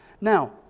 Now